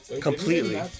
Completely